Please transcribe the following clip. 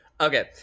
Okay